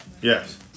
Yes